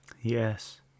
Yes